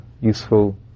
useful